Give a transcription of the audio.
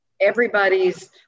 everybody's